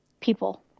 people